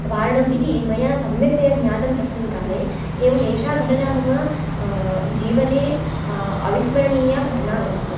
वारणं इति मया सम्यक्तया ज्ञातं तस्मिन् काले एवं एषा घटना मम जीवने अविस्मरणीया घटना वर्ततेे